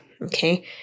okay